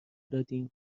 دادیدن